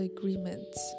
Agreements